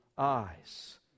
eyes